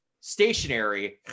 stationary